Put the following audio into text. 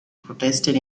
protested